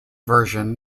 version